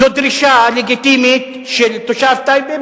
זו דרישה לגיטימית של תושב טייבה,